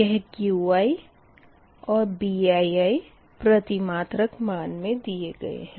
यह Qi और Bii प्रति मात्रक मान मे दिया गया है